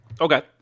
Okay